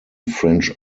french